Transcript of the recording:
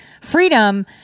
Freedom